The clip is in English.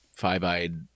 five-eyed